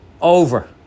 Over